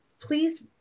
Please